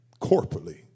corporately